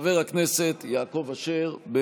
חברות וחברי הכנסת, אנחנו עוברים להצעת החוק